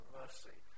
mercy